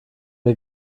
wir